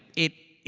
it it